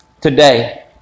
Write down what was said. today